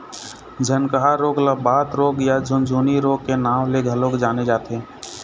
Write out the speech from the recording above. झनकहा रोग ल बात रोग या झुनझनी रोग के नांव ले घलोक जाने जाथे